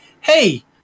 hey